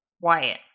Wyatt